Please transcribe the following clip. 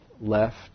left